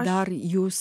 dar jūs